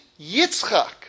Yitzchak